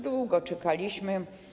Długo czekaliśmy.